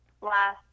last